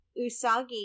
Usagi